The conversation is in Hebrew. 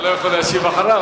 אתה לא יכול להשיב אחריו,